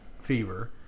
fever